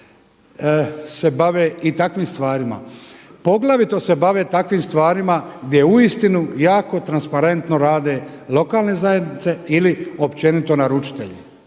se bave i takvim stvarima. Poglavito se bave takvim stvarima gdje uistinu jako transparentno rade lokalne zajednice ili općenito naručitelji